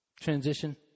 Transition